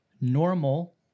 normal